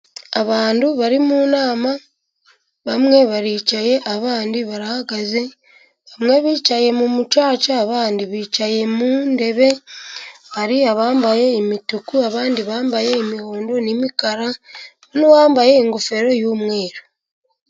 Abantu bari mu nama， bamwe baricaye abandi barahagaze, bamwe bicaye mu mucaca，abandi bicaye mu ntebe， hari abambaye imituku abandi bambaye imihondo n'imikara，hari n'uwambaye ingofero y'umweru.